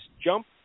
jump